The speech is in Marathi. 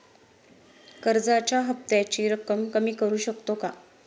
कर्जाच्या हफ्त्याची रक्कम कमी करू शकतो का?